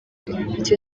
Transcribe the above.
icyo